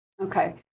Okay